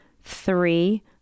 Three